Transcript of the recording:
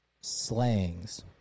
slayings